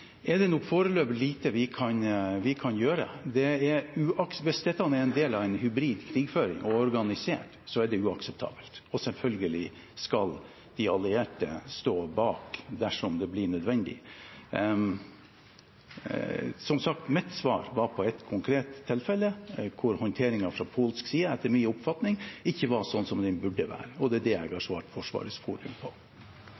er det nok foreløpig lite vi kan gjøre. Hvis dette er en del av en hybrid krigføring og organisert, er det uakseptabelt, og selvfølgelig skal de allierte stå bak dersom det blir nødvendig. Som sagt: Mitt svar gjaldt et konkret tilfelle hvor håndteringen fra polsk side, etter min oppfatning, ikke var sånn som den burde være, og det er det jeg har